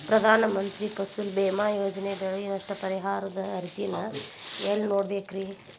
ಪ್ರಧಾನ ಮಂತ್ರಿ ಫಸಲ್ ಭೇಮಾ ಯೋಜನೆ ಬೆಳೆ ನಷ್ಟ ಪರಿಹಾರದ ಅರ್ಜಿನ ಎಲ್ಲೆ ಕೊಡ್ಬೇಕ್ರಿ?